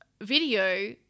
video